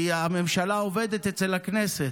כי הממשלה עובדת אצל הכנסת.